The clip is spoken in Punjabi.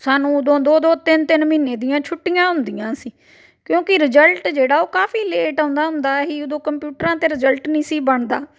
ਸਾਨੂੰ ਓਦੋਂ ਦੋ ਦੋ ਤਿੰਨ ਤਿੰਨ ਮਹੀਨੇ ਦੀਆਂ ਛੁੱਟੀਆਂ ਹੁੰਦੀਆਂ ਸੀ ਕਿਉਂਕਿ ਰਿਜ਼ਲਟ ਜਿਹੜਾ ਉਹ ਕਾਫੀ ਲੇਟ ਆਉਂਦਾ ਹੁੰਦਾ ਸੀ ਉਦੋਂ ਕੰਪਿਊਟਰਾਂ 'ਤੇ ਰਿਜ਼ਲਟ ਨਹੀਂ ਸੀ ਬਣਦਾ